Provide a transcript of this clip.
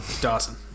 Dawson